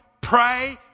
pray